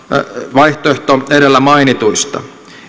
vaihtoehto edellä mainituista